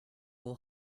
will